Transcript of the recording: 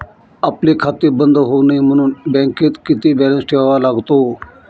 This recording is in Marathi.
आपले खाते बंद होऊ नये म्हणून बँकेत किती बॅलन्स ठेवावा लागतो?